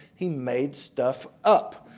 he made stuff up.